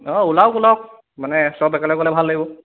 অঁ ওলাওক ওলাওক মানে চব একেলগে গ'লে ভাল লাগিব